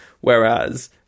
whereas